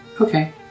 Okay